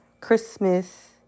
Christmas